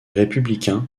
républicains